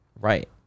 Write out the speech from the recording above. Right